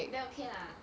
then okay lah